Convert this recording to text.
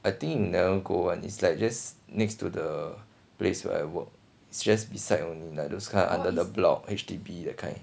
I think you never go one is like just next to the place where I work is just beside only lah those kind under the block H_D_B that kind